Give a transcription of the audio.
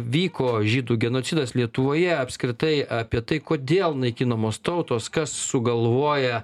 vyko žydų genocidas lietuvoje apskritai apie tai kodėl naikinamos tautos kas sugalvoja